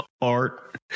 art